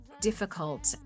difficult